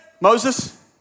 Moses